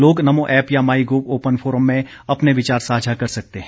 लोग नमो ऐप या MyGov open forum में अपने विचार साझा कर सकते हैं